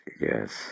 yes